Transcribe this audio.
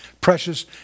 precious